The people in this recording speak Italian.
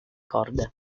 corde